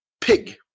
pig